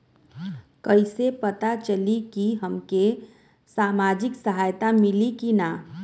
कइसे से पता चली की हमके सामाजिक सहायता मिली की ना?